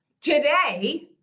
today